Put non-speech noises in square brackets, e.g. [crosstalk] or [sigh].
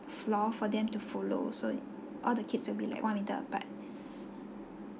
floor for them to follow so all the kids will be like one meter apart [breath]